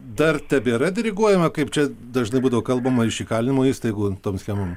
dar tebėra diriguojama kaip čia dažnai būdavo kalbama iš įkalinimo įstaigų tom schemom